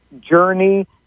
Journey